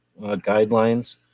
guidelines